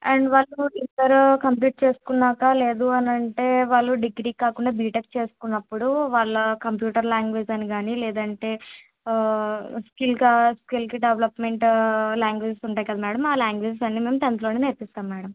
and వాళ్ళు inter complete చేసుకున్నాక లేదు అనంటే వాళ్ళు డిగ్రీ కాకుండా బీటెక్ చేసుకున్నప్పుడు వాళ్ళ కంప్యూటర్ లాంగ్వేజ్ అని కానీ లేదంటే ఆ స్కిల్గా స్కిల్కి డెవలప్మెంట్ లాంగ్వేజ్ ఉంటాయి కదా మేడం ఆ లాంగ్వేజెస్ అన్నీ మేము టెన్త్లో నేర్పిస్తాము మేడం